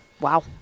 wow